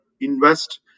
invest